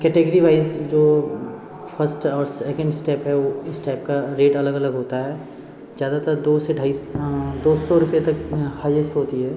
category wise जो first और second step है वो इस टाइप का रेट अलग अलग होता है ज़्यादातर दो से ढाई दो सौ रूपये तक हाईएस्ट होता है